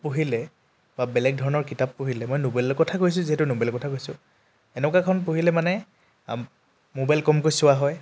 পঢ়িলে বা বেলেগ ধৰণৰ কিতাপ পঢ়িলে মই নোবেলৰ কথা কৈছোঁ যিহেতু নোবেলৰ কথা কৈছোঁ এনেকুৱা এখন পঢ়িলে মানে মোবাইল কমকৈ চোৱা হয়